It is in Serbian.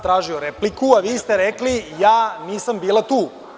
Tražio sam repliku, a vi ste rekli – nisam bila tu.